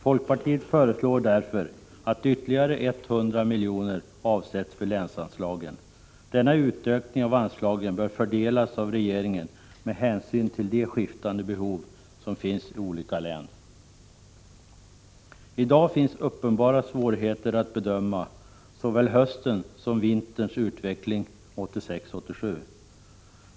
Folkpartiet föreslår därför att ytterligare 100 miljoner avsätts för länsanslagen. Denna utökning av anslaget bör fördelas av regeringen med hänsyn till de skiftande behov som finns i olika län. I dag finns uppenbara svårigheter att bedöma höstens och vinterns utveckling 1986/87.